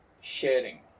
sharing